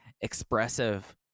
expressive